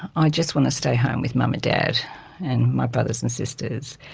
i just want to stay home with mum and dad and my brothers and sisters.